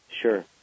Sure